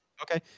Okay